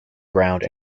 ground